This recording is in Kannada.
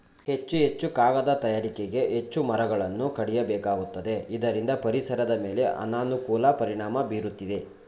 ಹೆಚ್ಚು ಹೆಚ್ಚು ಕಾಗದ ತಯಾರಿಕೆಗೆ ಹೆಚ್ಚು ಮರಗಳನ್ನು ಕಡಿಯಬೇಕಾಗುತ್ತದೆ ಇದರಿಂದ ಪರಿಸರದ ಮೇಲೆ ಅನಾನುಕೂಲ ಪರಿಣಾಮ ಬೀರುತ್ತಿದೆ